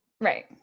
right